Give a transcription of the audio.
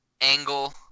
Angle